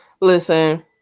Listen